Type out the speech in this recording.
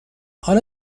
حالا